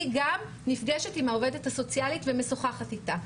היא גם נפגשת עם העובדת הסוציאלית ומשוחחת איתה.